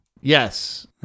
Yes